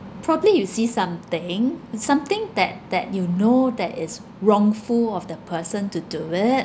probably you see something it's something that that you know that is wrongful of the person to do it